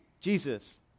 Jesus